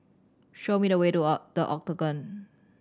show me the way to The Octagon